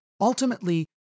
Ultimately